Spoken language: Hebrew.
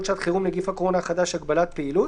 שעת חירום (נגיף הקורונה החדש הגבלת פעילות),